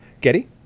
Getty